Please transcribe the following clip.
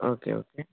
okay okay